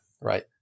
right